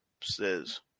says